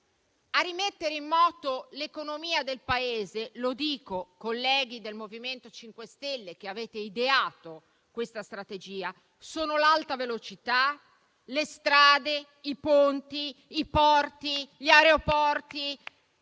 A rimettere in moto l'economia del Paese - lo dico ai colleghi del MoVimento 5 Stelle, che hanno ideato questa strategia - sono l'alta velocità, le strade, i ponti, i porti, gli aeroporti,